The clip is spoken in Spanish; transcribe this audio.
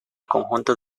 conjunto